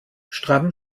stramm